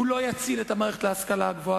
הוא לא יציל את מערכת ההשכלה הגבוהה.